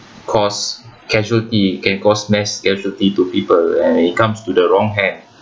cause casualty can cause mass casualty to people uh it comes to the wrong hand